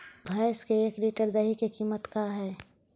भैंस के एक लीटर दही के कीमत का है?